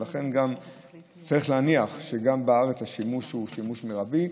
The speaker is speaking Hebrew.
לכן צריך להניח שגם בארץ השימוש הוא שימוש מרבי.